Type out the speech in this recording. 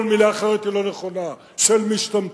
כל מלה אחרת היא לא נכונה, של משתמטים.